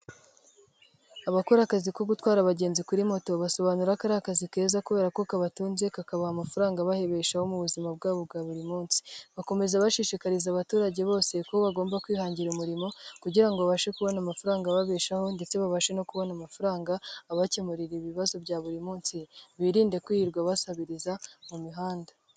Abakora akazi ko gutwara abagenzi kuri moto basobanura aka ari akazi keza kubera ko kabatunze kakabaha amafaranga ababeshaho mu buzima bwabo bwa buri munsi, bakomeza bashishikariza abaturage bose, ko bagomba kwihangira umurimo kugira ngo babashe kubona amafaranga ababeshaho ndetse babashe no kubona amafaranga abakemurira ibibazo bya buri munsi, biririnde kwirirwa basabiriza mu mihanda.